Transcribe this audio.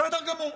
בסדר גמור,